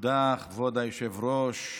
תודה, כבוד היושב-ראש.